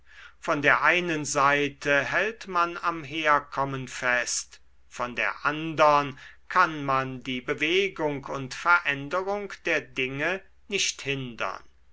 von der einen seite hält man am herkommen fest von der andern kann man die bewegung und veränderung der dinge nicht hindern